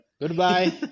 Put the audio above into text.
goodbye